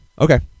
Okay